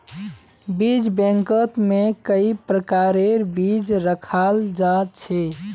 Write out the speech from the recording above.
बीज बैंकत में कई प्रकारेर बीज रखाल जा छे